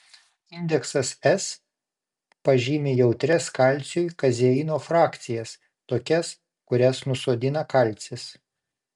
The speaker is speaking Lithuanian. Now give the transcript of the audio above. indeksas s pažymi jautrias kalciui kazeino frakcijas tokias kurias nusodina kalcis